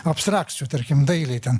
abstrakcijų tarkim dailei ten